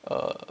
err